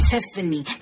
Tiffany